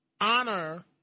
honor